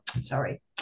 sorry